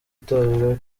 itorero